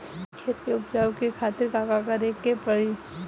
खेत के उपजाऊ के खातीर का का करेके परी?